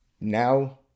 now